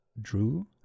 drew